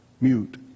mute